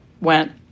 went